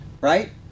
right